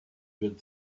good